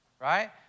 right